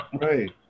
Right